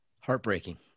Heartbreaking